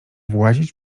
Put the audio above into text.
włazić